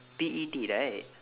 P E T right